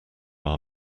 our